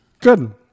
Good